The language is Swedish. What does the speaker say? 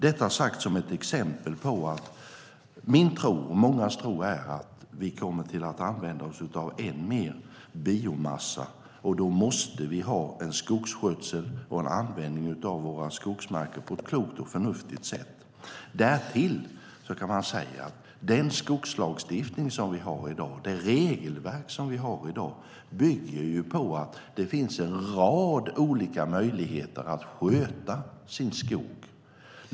Detta säger jag som ett exempel på att min och mångas tro är att vi kommer att använda oss av ännu mer biomassa, och då måste vi ha en klok och förnuftig skogsskötsel och användning av våra skogsmarker. Därtill kan sägas att den skogslagstiftning och det regelverk vi har bygger på att det finns en rad olika möjligheter att sköta sin skog.